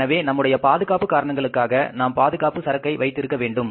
எனவே நம்முடைய பாதுகாப்பு காரணங்களுக்காக நாம் பாதுகாப்பு சரக்கை வைத்திருக்க வேண்டும்